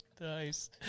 Nice